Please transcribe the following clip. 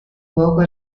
luogo